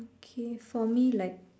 K for me like